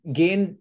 gain